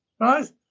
right